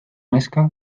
neska